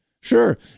sure